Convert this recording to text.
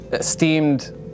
steamed